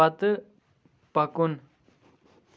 پَتہٕ پَکُن